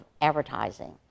advertising